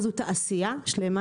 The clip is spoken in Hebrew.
זו תעשייה שלמה